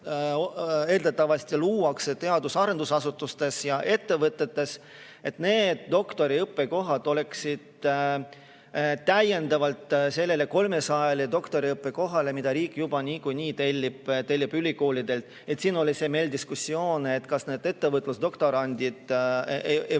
eeldatavasti luuakse teadus- ja arendusasutustes ja ettevõtetes, need doktoriõppekohad, oleksid täiendavalt sellele 300 doktoriõppekohale, mida riik juba niikuinii tellib ülikoolidelt. Siin oli meil diskussioon, kas need ettevõtluse doktorandid ei